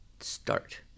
start